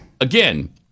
Again